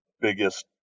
biggest